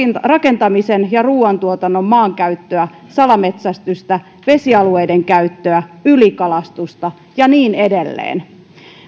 rakentamisen ja ruoantuotannon maankäyttöä salametsästystä vesialueiden käyttöä ylikalastusta ja niin edelleen